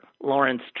Lawrence